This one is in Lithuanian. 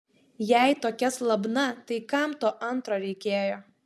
jei tokia slabna tai kam to antro reikėjo